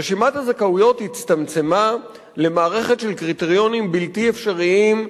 רשימת הזכאויות הצטמצמה למערכת של קריטריונים בלתי אפשריים,